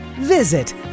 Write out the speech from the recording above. Visit